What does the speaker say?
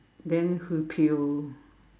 then who peel